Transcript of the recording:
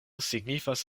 signifas